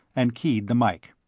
and keyed the mike.